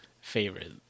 favorite